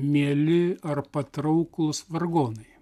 mieli ar patrauklūs vargonai